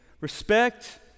respect